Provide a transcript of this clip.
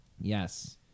Yes